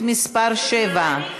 שנצביע.